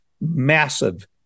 massive